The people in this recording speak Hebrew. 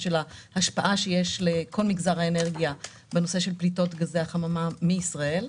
ההשפעה שיש לכל מגזר האנרגיה בנושא פליטות גזי החממה מישראל.